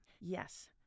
Yes